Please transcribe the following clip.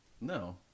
No